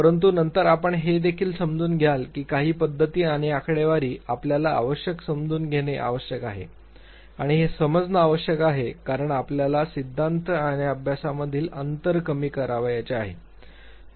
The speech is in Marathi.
परंतु नंतर आपण हे देखील समजून घ्याल की काही पद्धती आणि आकडेवारी आपल्याला आवश्यक समजून घेणे आवश्यक आहे आणि हे समजणे आवश्यक आहे कारण आपल्याला सिद्धांत आणि अभ्यासामधील अंतर कमी करायचे आहे